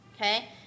okay